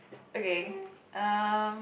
okay um